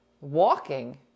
Walking